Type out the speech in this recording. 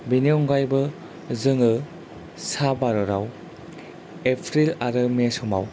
बेनि अनगायैबो जोङो सा भारताव एप्रिल आरो मे समाव